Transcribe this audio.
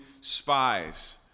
spies